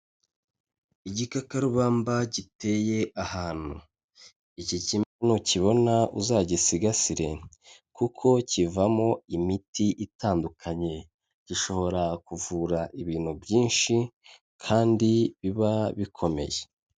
Igikakarubamba giteye ahantu, iki kimera nukibona uzagisigasire kuko kivamo imiti itandukanye, gishobora kuvura ibintu byinshi kandi biba bikomeye.